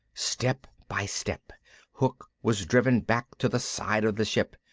step by step hook was driven back to the side of the ship.